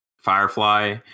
Firefly